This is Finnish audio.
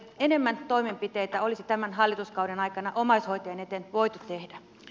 enemmän toimenpiteitä olisi tämän hallituskauden aikana omaishoitajien eteen voitu tehdä